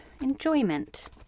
Enjoyment